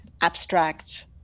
abstract